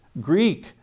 Greek